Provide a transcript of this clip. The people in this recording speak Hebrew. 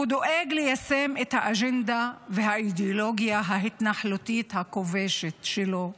הוא דואג ליישם את האג'נדה והאידיאולוגיה ההתנחלותית הכובשת שלו,